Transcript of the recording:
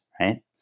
right